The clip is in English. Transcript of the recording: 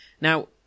Now